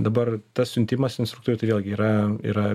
dabar tas siuntimas instruktorių tai vėlgi yra yra